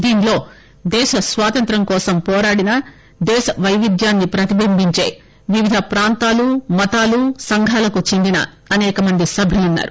దీనిలో దేశస్వాతంత్యంకోసం పోరాడిన దేశ వైవిధ్యాన్ని ప్రతిభింబించే వివిధ ప్రాంతాలు మతాలు సంఘాలకు చెందిన అనేక మంది సభ్యులు ఉన్నారు